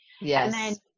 Yes